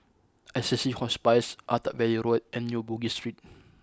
Assisi Hospice Attap Valley Road and New Bugis Street